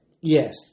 Yes